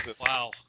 Wow